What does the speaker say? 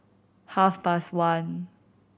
half past one